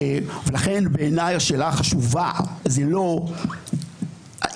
ולכן בעיניי השאלה החשובה היא לא האם